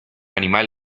animal